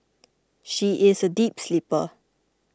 she is a deep sleeper